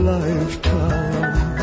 lifetime